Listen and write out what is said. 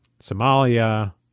Somalia